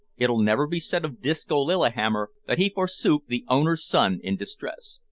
it'll never be said of disco lillihammer that he forsook the owner's son in distress.